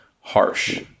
harsh